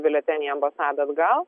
biuletenį į ambasadą atgal